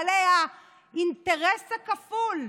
בעלי האינטרס הכפול.